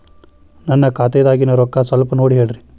ನನ್ನ ಖಾತೆದಾಗಿನ ರೊಕ್ಕ ಸ್ವಲ್ಪ ನೋಡಿ ಹೇಳ್ರಿ